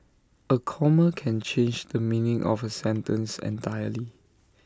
A comma can change the meaning of A sentence entirely